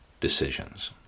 decisions